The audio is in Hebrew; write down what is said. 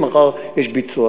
מחר יש ביצוע.